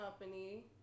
company